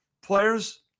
players